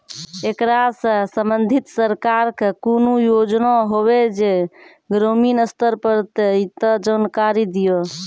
ऐकरा सऽ संबंधित सरकारक कूनू योजना होवे जे ग्रामीण स्तर पर ये तऽ जानकारी दियो?